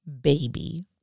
baby